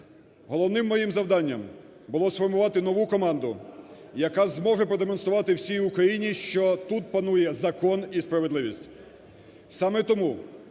Головним моїм завданням було сформувати нову команду, яка зможе продемонструвати всій Україні, що тут панує закон і справедливість. Саме тому